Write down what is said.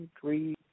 three